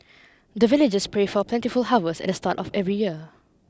the villagers pray for plentiful harvest at the start of every year